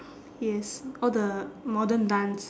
yes all the modern dance